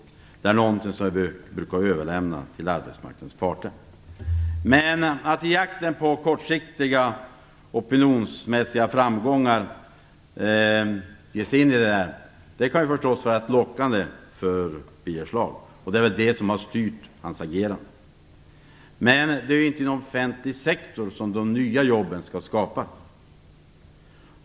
Det är någonting som vi brukar överlåta på arbetsmarknadens parter. Att i jakten på kortsiktiga opinionsmässiga framgångar ge sig in i detta kan naturligtvis vara lockande för Birger Schlaug. Det är väl det som har styrt hans agerande. Det är inte i en offentlig sektor som de nya jobben skall skapas.